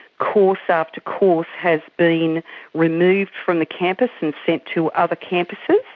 course after course has been removed from the campus and sent to other campuses,